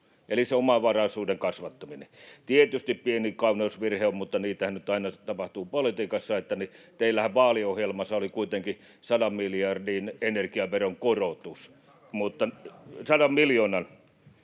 eli se omavaraisuuden kasvattaminen. Tietysti pieni kauneusvirhe on, mutta niitähän nyt aina tapahtuu politiikassa. Teillähän vaaliohjelmassa oli kuitenkin sadan miljardin energiaveron korotus. [Arto Satonen: